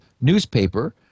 newspaper